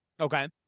Okay